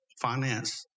finance